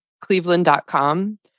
cleveland.com